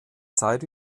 zeit